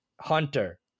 Hunter